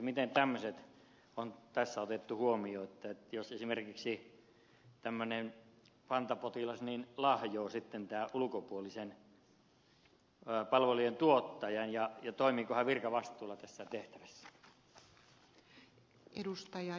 miten tämmöiset on tässä otettu huomioon että jos esimerkiksi pantapotilas lahjoo tämän ulkopuolisen palvelujen tuottajan ja toimiiko palvelujen tuottaja virkavastuulla tässä tehtävässä